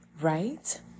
right